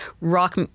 rock